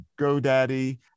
GoDaddy